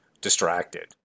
distracted